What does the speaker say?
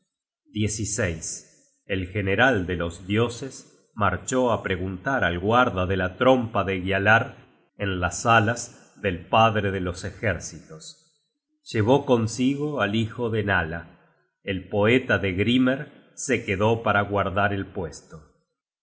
el general de los dioses marchó á preguntar al guarda de la trompa de gialar en las salas del padre de los ejércitos llevó consigo al hijo de nala el poeta de grimer se quedó para guardar el puesto y